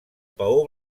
paó